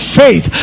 faith